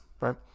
right